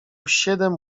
siedem